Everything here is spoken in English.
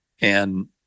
And-